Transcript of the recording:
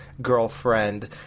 girlfriend